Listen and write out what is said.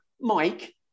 Mike